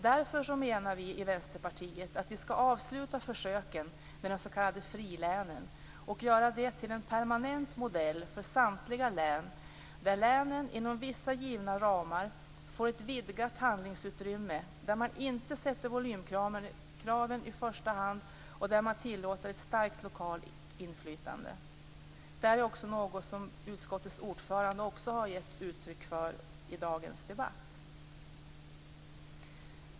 Därför menar vi i Vänsterpartiet att vi skall avsluta försöken med de s.k. frilänen och göra det här till en permanent modell för samtliga län - en modell där länen inom vissa givna ramar får ett vidgat handlingsutrymme, där man inte sätter volymkraven i första hand och där man tillåter ett starkt lokalt inflytande. Detta har också utskottets ordförande gett uttryck för här i dagens debatt.